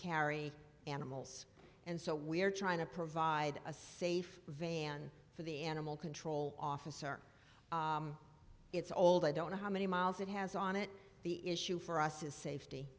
carry animals and so we're trying to provide a safe van for the animal control officer it's old i don't know how many miles it has on it the issue for us is safety